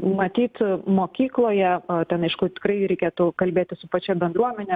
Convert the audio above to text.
matyt mokykloje o ten aišku tikrai reikėtų kalbėti su pačia bendruomene